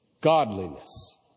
Godliness